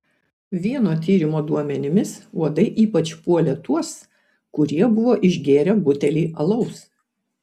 vieno tyrimo duomenimis uodai ypač puolė tuos kurie buvo išgėrę butelį alaus